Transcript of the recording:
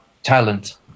Talent